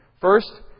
First